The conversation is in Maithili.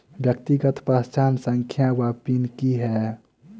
व्यक्तिगत पहचान संख्या वा पिन की है?